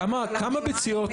כמה ביציות,